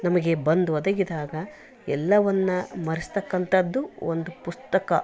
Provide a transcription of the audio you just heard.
ನಮಗೆ ಬಂದು ಒದಗಿದಾಗ ಎಲ್ಲವನ್ನು ಮರೆಸ್ತಕ್ಕಂಥದ್ದು ಒಂದು ಪುಸ್ತಕ